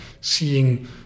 seeing